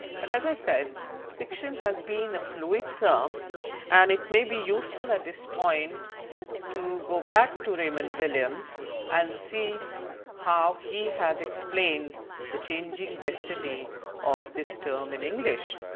but as i said fiction has been a fluid term and it may be useful at this point to go back to raymond williams and see how he has explained the changing destiny of this term in english.